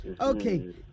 Okay